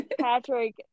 Patrick